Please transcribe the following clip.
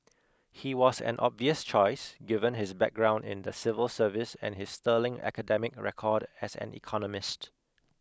he was an obvious choice given his background in the civil service and his sterling academic record as an economist